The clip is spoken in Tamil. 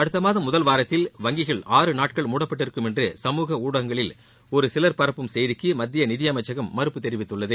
அடுத்த மாதம் முதல் வாரத்தில் வங்கிகள் ஆறு நாட்கள் மூடப்பட்டிருக்கும் என்று சமூக ஊடகங்களில் ஒருசிலர் பரப்பும் செய்திக்கு மத்திய நிதி அமைச்சகம் மறுப்பு தெிவித்துள்ளது